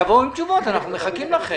תבואו עם תשובות, אנחנו מחכים לכם.